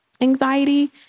anxiety